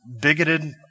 bigoted